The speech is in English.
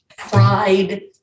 Pride